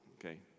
okay